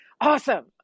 awesome